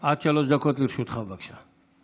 עד שלוש דקות לרשותך, בבקשה.